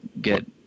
get